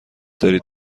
دارید